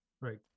Right